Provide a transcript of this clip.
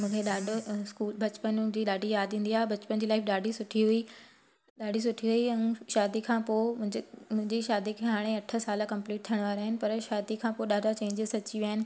मूंखे ॾाढो स्कूल बचपन हूंदी ॾाढी यादि ईंदी आहे बचपन जी लाइफ ॾाढी सुठी हुई ॾाढी सुठी हुई ऐं शादी खां पोइ मुंहिंजे मुंहिंजी शादी खां हाणे अठ साल कंपलीट थियण वारा आहिनि पर शादी खां पोइ ॾाढा चेंजिस अची विया आहिनि